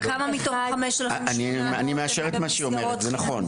אני מאשר את מה שהיא אומרת.